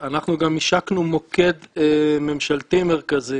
אנחנו גם השקנו מוקד ממשלתי מרכזי